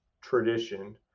tradition